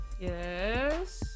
Yes